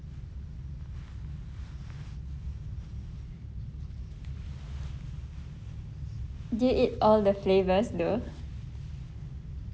do you eat all the flavours though